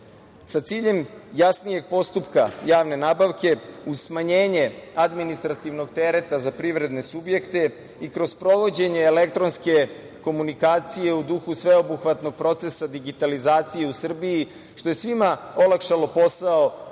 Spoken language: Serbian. sa ciljem jasnijeg postupka javne nabavke, uz smanjenje administrativnog tereta za privredne subjekte i kroz sprovođenje elektronske komunikacije u duhu sveobuhvatnog procesa digitalizacije u Srbiji što je svima olakšalo posao